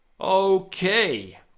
Okay